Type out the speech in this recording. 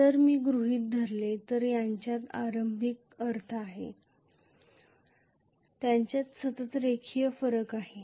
जर मी गृहीत धरले तर त्यांच्यात आरंभिक अर्थ आहे त्यांच्यात सतत रेखीय फरक आहे